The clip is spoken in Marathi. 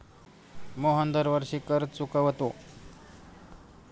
मोहन दरवर्षी कर चुकवतो